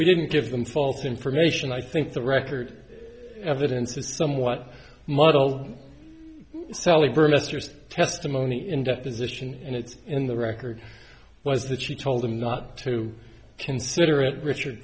me didn't give them false information i think the record evidence is somewhat muddle sally burmistrov testimony in deposition and it's in the record was that she told him not to consider it richard